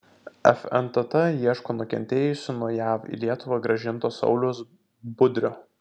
fntt ieško nukentėjusių nuo iš jav į lietuvą grąžinto sauliaus budrio